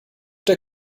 der